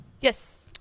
Yes